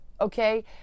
okay